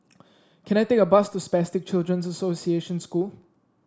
can I take a bus to Spastic Children's Association School